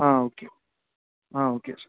okay ah okay sir